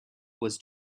was